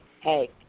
Hey